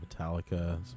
Metallica